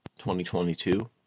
2022